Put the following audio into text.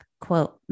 quote